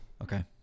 Okay